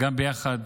גם ביחד